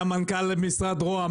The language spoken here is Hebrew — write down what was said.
היה מנכ"ל משרד רוה"מ,